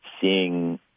seeing